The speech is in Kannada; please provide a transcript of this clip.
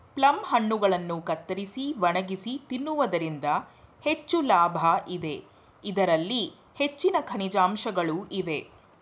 ಪ್ಲಮ್ ಹಣ್ಣುಗಳನ್ನು ಕತ್ತರಿಸಿ ಒಣಗಿಸಿ ತಿನ್ನುವುದರಿಂದ ಹೆಚ್ಚು ಲಾಭ ಇದೆ, ಇದರಲ್ಲಿ ಹೆಚ್ಚಿನ ಖನಿಜಾಂಶಗಳು ಇವೆ